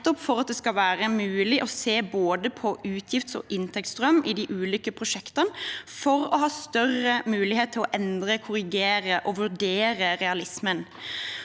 for at det skal være mulig å se på både utgifts- og inntektsstrøm i de ulike prosjektene for å ha større mulighet til å endre, korrigere og vurdere realismen.